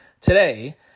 today